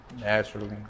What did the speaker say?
Naturally